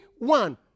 One